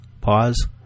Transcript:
pause